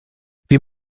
wir